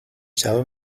جواب